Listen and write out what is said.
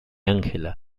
angela